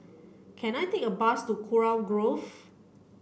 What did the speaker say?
can I take a bus to Kurau Grove